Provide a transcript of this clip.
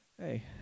Hey